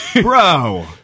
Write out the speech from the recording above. Bro